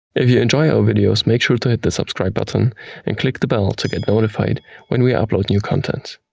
if you enjoy our videos make sure to hit the subscribe button and click the bell to get notified when we upload new content.